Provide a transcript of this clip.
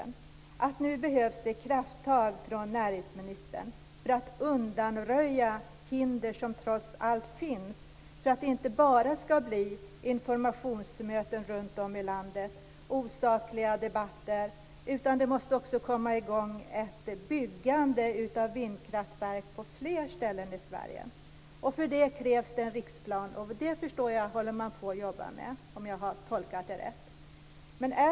Nu behövs det krafttag från näringsministern för att undanröja de hinder som trots allt finns, så att det inte bara blir informationsmöten runt om i landet och osakliga debatter. Ett byggande av vindkraftverk måste komma i gång på fler ställen i Sverige. För det krävs en riksplan. Om jag har tolkat det rätt håller man på och jobbar med det.